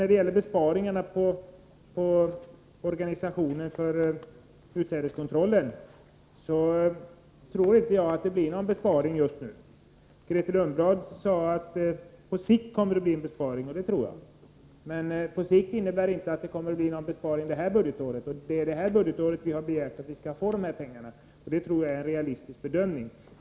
När det gäller besparingarna inom organisationen för utsädeskontroll tror jag inte att det blir någon besparing just nu. Grethe Lundblad sade att det på sikt kommer att bli en besparing, och det kan jag hålla med om. Men ”på sikt” innebär inte att det blir någon besparing detta budgetår, och det är för detta budgetår som vi har begärt att få dessa pengar. Jag tror att det är en realistisk bedömning.